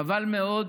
חבל מאוד